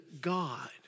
God